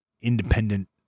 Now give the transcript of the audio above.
independent